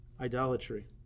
idolatry